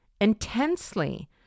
intensely